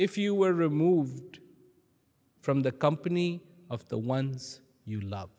if you were removed from the company of the ones you love